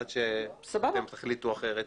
עד שתחליטו אחרת.